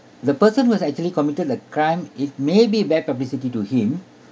the person who has actually committed the crime it may be bad publicity to him